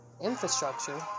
infrastructure